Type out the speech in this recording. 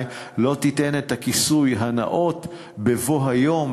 לא תיתן את הכיסוי הנאות בבוא היום,